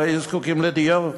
לא יהיו זקוקים לדיור.